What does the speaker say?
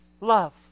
love